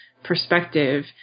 perspective